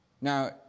Now